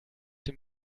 dem